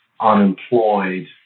unemployed